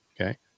okay